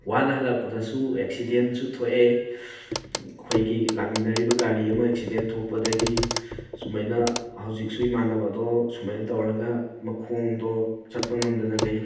ꯋꯥꯅ ꯍꯜꯂꯛꯄꯗꯁꯨ ꯑꯦꯛꯁꯤꯗꯦꯟꯁꯨ ꯊꯣꯛꯑꯦ ꯑꯩꯈꯣꯏꯒꯤ ꯂꯥꯛꯃꯤꯟꯅꯔꯤꯕ ꯒꯥꯔꯤ ꯑꯃ ꯑꯦꯛꯁꯤꯗꯦꯟ ꯊꯣꯛꯄꯗꯒꯤ ꯁꯨꯃꯥꯏꯅ ꯍꯧꯖꯤꯛꯁꯨ ꯏꯃꯥꯟꯅꯕꯗꯣ ꯁꯨꯝꯃꯥꯏꯅ ꯇꯧꯔꯒ ꯃꯈꯣꯡꯗꯣ ꯆꯠꯄ ꯉꯝꯗꯅ ꯂꯩ